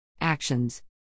Actions